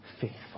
faithful